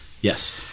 Yes